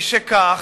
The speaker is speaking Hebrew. משכך,